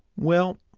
well,